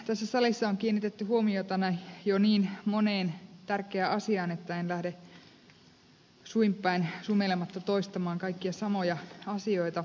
tässä salissa on kiinnitetty huomiota tänään jo niin moneen tärkeään asiaan että en lähde suin päin sumeilematta toistamaan kaikkia samoja asioita